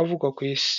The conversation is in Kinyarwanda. avugwa ku Isi.